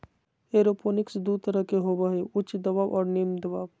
aeroponics दू तरह के होबो हइ उच्च दबाव और निम्न दबाव